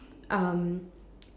um